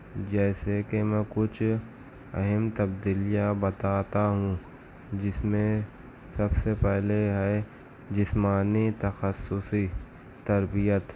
جیسے کہ میں کچھ اہم تبدیلیاں بتاتا ہوں جس میں سب سے پہلے ہے جسمانی تخصصی تربیت